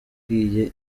yabwiye